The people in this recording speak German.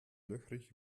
löchrig